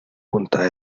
puntas